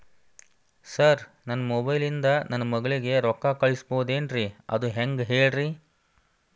sir ನನ್ನ mobile ಇಂದ ನನ್ನ ಮಗಳಿಗೆ ರೊಕ್ಕಾ ಕಳಿಸಬಹುದೇನ್ರಿ ಅದು ಹೆಂಗ್ ಹೇಳ್ರಿ